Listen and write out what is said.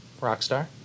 Rockstar